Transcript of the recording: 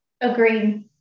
Agreed